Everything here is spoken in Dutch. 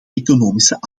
economische